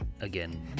again